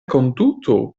konduto